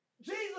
Jesus